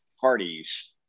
parties